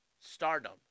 stardom